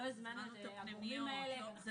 --- לא הזמנו את הגורמים האלה.